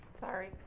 Sorry